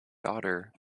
daughter